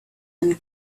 and